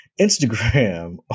Instagram